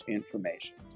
information